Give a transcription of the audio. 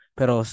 pero